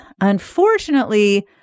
Unfortunately